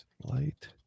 light